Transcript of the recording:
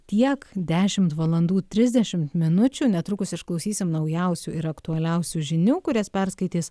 tiek dešimt valandų trisdešimt minučių netrukus išklausysim naujausių ir aktualiausių žinių kurias perskaitys